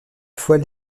fois